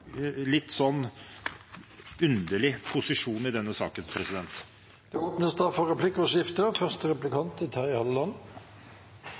litt underlig posisjon i denne saken.